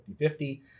50-50